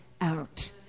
out